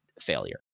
failure